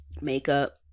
Makeup